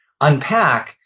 unpack